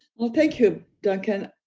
well, thank you, duncan.